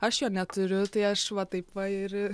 aš jo neturiu tai aš va taip va ir